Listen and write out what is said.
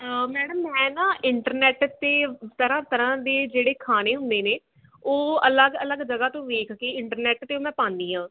madam ਮੈਂ ਨਾ internet 'ਤੇ ਤਰ੍ਹਾਂ ਤਰ੍ਹਾਂ ਦੇ ਜਿਹੜੇ ਖਾਣੇ ਹੁੰਦੇ ਨੇ ਉਹ ਅਲੱਗ ਅਲੱਗ ਜਗ੍ਹਾ ਤੋਂ ਵੇਖ ਕੇ ਇੰਟਰਨੈਟ 'ਤੇ ਮੈਂ ਪਾਉਂਦੀ ਹਾਂ